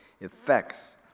effects